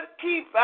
keep